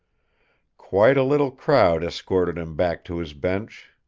quite a little crowd escorted him back to his bench.